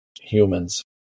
humans